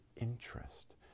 interest